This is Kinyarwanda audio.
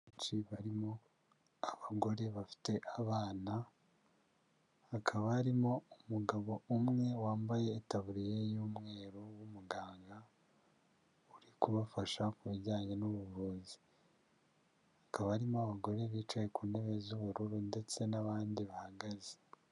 Benshi barimo abagore bafite abana hakaba harimo umugabo umwe wambaye itaburiya y'umweru w'umuganga uri kubafasha kubijyanye n'ubuvuzi hakaba harimo abagore bicaye ku ntebe z'ubururu ndetse n'abandi bahagaze.